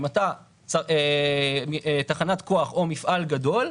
אם אתה תחנת כוח או מפעל גדול,